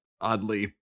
oddly